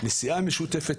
נסיעה משותפת,